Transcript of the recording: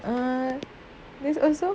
err there's also